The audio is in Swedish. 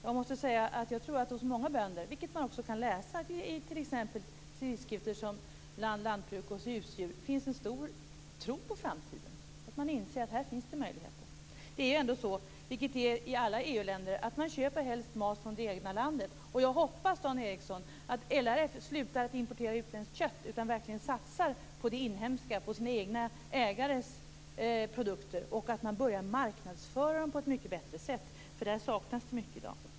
Jag måste säga att jag tror att det hos många bönder - vilket man också kan läsa i t.ex. tidskrifter som Land Lantbruk och Husdjur - finns en stor tro på framtiden. Man inser att här finns det möjligheter. Det är ändå så, och så är det i alla EU-länder, att man köper helst mat från det egna landet. Och jag hoppas, Dan Ericsson, att LRF slutar importera utländskt kött och i stället verkligen satsar på det inhemska, på sina egna ägares produkter, och att man börjar marknadsföra dem på ett mycket bättre sätt, för där saknas det mycket i dag.